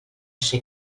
ser